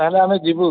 ତାହେଲେ ଆମେ ଯିବୁ